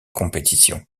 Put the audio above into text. compétitions